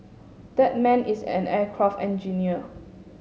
that man is an aircraft engineer